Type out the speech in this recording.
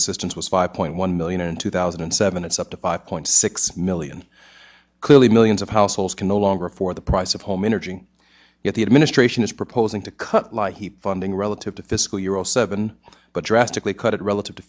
assistance was five point one million in two thousand and seven it's up to five point six million clearly millions of households can no longer afford the price of home energy yet the administration is proposing to cut like he funding relative to fiscal year zero seven but drastically cut it relative to